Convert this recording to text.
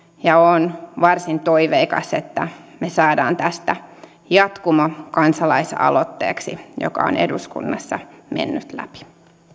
ja olen varsin toiveikas että me saamme tästä jatkumon kansalaisaloitteeksi joka on eduskunnassa mennyt läpi